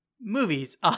Movies